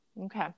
Okay